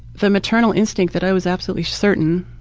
the maternal instinct that i was absolutely certain,